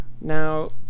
Now